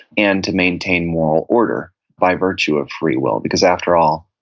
and to maintain moral order by virtue of free will because, after all,